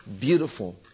beautiful